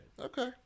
Okay